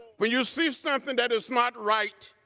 when you see something that is not right,